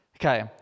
Okay